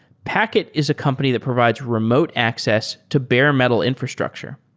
packet is a company that provides remote access to bare metal infrastructure.